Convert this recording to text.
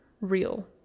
real